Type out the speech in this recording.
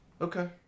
okay